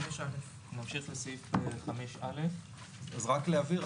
נמשיך לסעיף 5א. אז רק להבהיר,